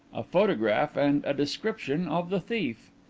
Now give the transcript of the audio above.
a photograph and a description of the thief.